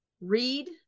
read